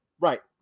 Right